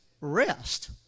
rest